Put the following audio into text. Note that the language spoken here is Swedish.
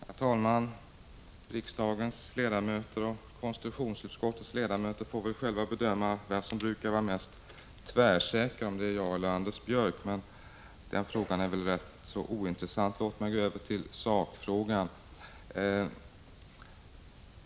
Herr talman! Riksdagens och konstitutionsutskottets ledamöter får väl själva bedöma vem som brukar vara mest tvärsäker, jag eller Anders Björck. Den frågan är emellertid rätt ointressant, så låt mig gå över till sakfrågan.